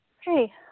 hey